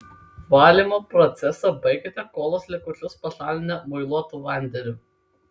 valymo procesą baikite kolos likučius pašalinę muiluotu vandeniu